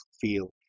feel